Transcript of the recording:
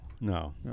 no